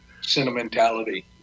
sentimentality